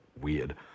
weird